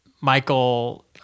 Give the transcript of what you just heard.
Michael